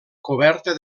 coberta